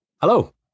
Hello